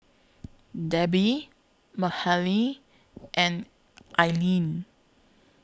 Debby Mahalie and Ailene